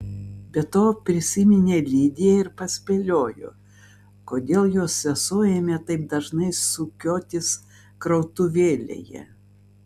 be to prisiminė lidiją ir paspėliojo kodėl jos sesuo ėmė taip dažnai sukiotis krautuvėlėje